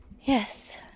yes